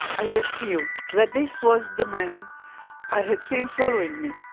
i just knew that this was the man i had seen following me,